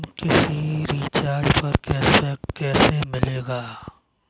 हमें किसी रिचार्ज पर कैशबैक कैसे मिलेगा?